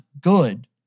good